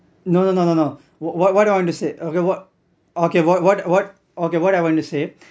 no no no no no what what what I want to say okay what okay what what what or okay what I want to say